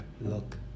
look